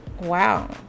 Wow